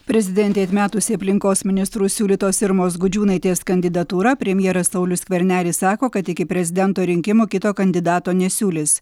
prezidentei atmetus aplinkos ministro siūlytos irmos gudžiūnaitės kandidatūrą premjeras saulius skvernelis sako kad iki prezidento rinkimų kito kandidato nesiūlys